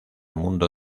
mundo